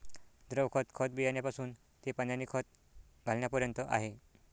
द्रव खत, खत बियाण्यापासून ते पाण्याने खत घालण्यापर्यंत आहे